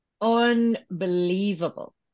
unbelievable